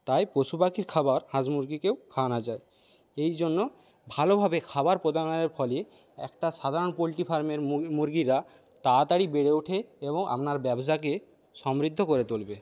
তাই পশু পাখির খাবার হাঁস মুরগিকেও খাওয়ানো যায় এই জন্য ভালোভাবে খাবার প্রদানের ফলে একটা সাধারণ পোলট্রি ফার্মের মুগি মুরগিরা তাড়াতাড়ি বেড়ে ওঠে এবং আপনার ব্যবসাকে সমৃদ্ধ করে তুলবে